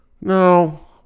No